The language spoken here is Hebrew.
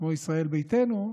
כמו ישראל ביתנו,